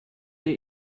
der